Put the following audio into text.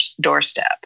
doorstep